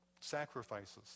sacrifices